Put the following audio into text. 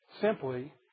simply